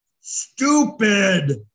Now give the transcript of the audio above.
Stupid